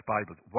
Bibles